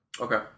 Okay